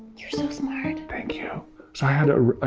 you're so smart. thank you. so i had ah ah